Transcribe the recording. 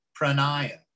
pranaya